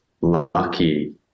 lucky